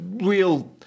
real